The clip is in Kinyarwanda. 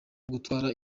gutwara